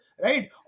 right